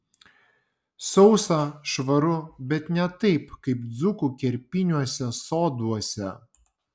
sausa švaru bet ne taip kaip dzūkų kerpiniuose soduose